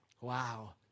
Wow